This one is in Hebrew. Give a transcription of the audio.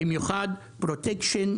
במיוחד פרוטקשן,